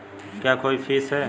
क्या कोई फीस है?